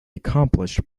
accomplished